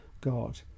God